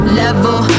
level